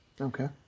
Okay